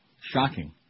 Shocking